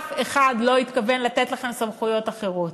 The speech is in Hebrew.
אף אחד לא התכוון לתת לכם סמכויות אחרות,